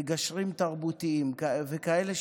מגשרים תרבותיים וכאלה,